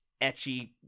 etchy